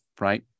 Right